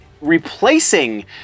replacing